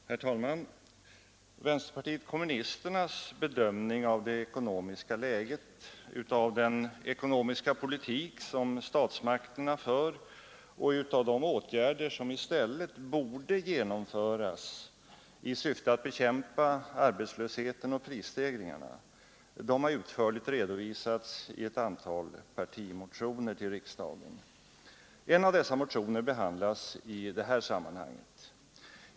Herr talman! Vänsterpartiet kommunisternas bedömning av det ekonomiska läget, av den ekonomiska politik som statsmakterna för och av de åtgärder som i stället borde genomföras i syfte att bekämpa arbetslösheten och prisstegringarna har utförligt redovisats i ett antal partimotioner till riksdagen. En av dessa motioner behandlas i detta sammanhang.